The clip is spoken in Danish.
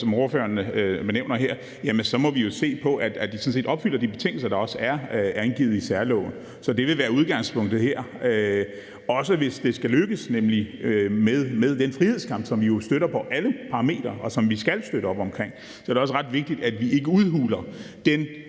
som ordføreren nævner her, sådan set opfylder de betingelser, der er angivet i særloven; det må vi jo se på om de gør. Så det vil være udgangspunktet her. Hvis det nemlig skal lykkes med den frihedskamp, som vi jo støtter på alle parametre, og som vi skal støtte op om, er det også ret vigtigt, at vi ikke udhuler den